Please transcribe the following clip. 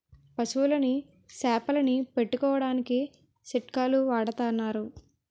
పశువులని సేపలని పట్టుకోడానికి చిక్కాలు వాడతన్నారు